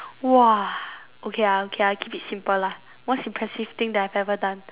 !wah! okay I'll keep it simple lah most impressive thing that I've ever done